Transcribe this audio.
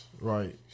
Right